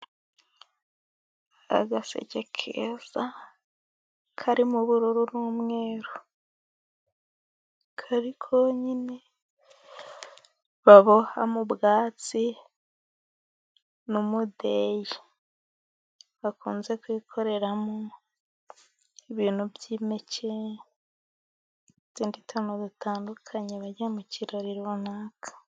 Agaseke keza karimo ubururu n'umweru kari konyine baboha mu bwatsi n'umudeyi bakunze kwikoreramo ibintu by'impeke zitandukanye bajya mu kirori runaka.